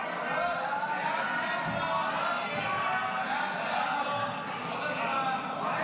ההצעה להעביר את הצעת חוק לביטול ההפליה